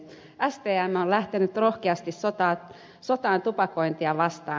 stm on lähtenyt rohkeasti sotaan tupakointia vastaan